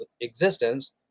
existence